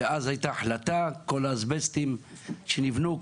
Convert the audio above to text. ואז הייתה החלטה שכל האסבסטים שנבנו,